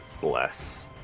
Bless